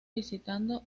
visitando